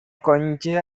கொஞ்ச